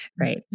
right